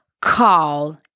call